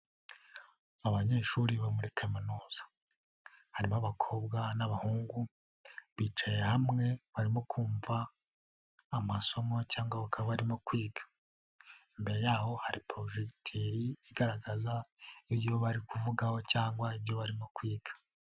Abanyeshuri bo muri kaminuza harimo abakobwa n'abahungu, bicaye hamwe barimo kumva amasomo cyangwa bakaba barimo kwiga, imbere yaho hari porojegiteri igaragaza ibyo bari kuvugaho cyangwa ibyo barimo kwiga.